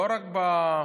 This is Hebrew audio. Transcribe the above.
לא רק במעמד,